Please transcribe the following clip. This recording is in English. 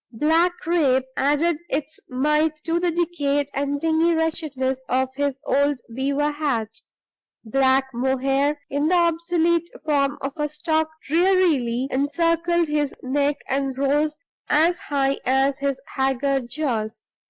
black crape added its mite to the decayed and dingy wretchedness of his old beaver hat black mohair in the obsolete form of a stock drearily encircled his neck and rose as high as his haggard jaws.